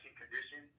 condition